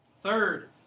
Third